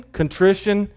contrition